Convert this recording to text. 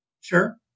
Sure